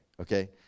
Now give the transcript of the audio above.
okay